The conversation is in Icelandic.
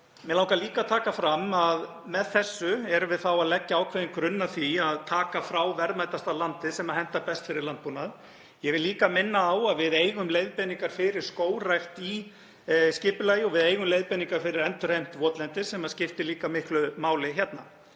Mig langar líka að taka fram að með þessu erum við að leggja ákveðinn grunn að því að taka frá verðmætasta landið sem hentar best fyrir landbúnað. Ég vil líka minna á að við eigum leiðbeiningar fyrir skógrækt í skipulagi og eigum leiðbeiningar fyrir endurheimt votlendis sem skiptir líka miklu máli hérna.